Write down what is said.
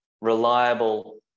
reliable